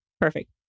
Perfect